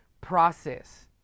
process